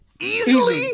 Easily